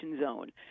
zone